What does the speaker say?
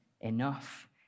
enough